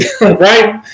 right